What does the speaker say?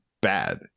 bad